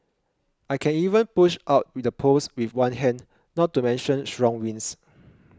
I can even push out the poles with one hand not to mention strong winds